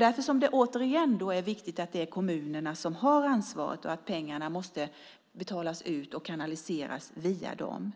Därför är det återigen viktigt att det är kommunerna som har ansvaret och att pengarna måste betalas ut och kanaliseras via dem.